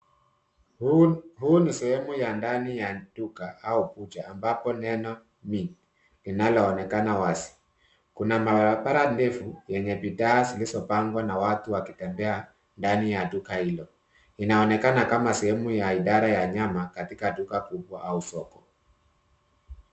Huu ni sehemu ya ndani ya duka au bucha, ambapo neno meat linalo onekana wazi. Kuna maabara ndefu, yenye bidha zilizopangwa na watu wakitembea ndani ya duka hilo. Inaonekana kama sehemu ya idara ya nyama, katika duka kubwa au soko.